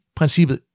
princippet